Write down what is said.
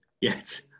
Yes